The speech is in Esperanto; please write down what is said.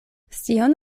scion